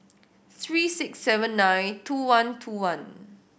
three six seven nine two one two one